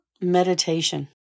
meditation